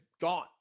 gone